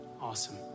awesome